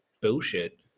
bullshit